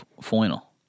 final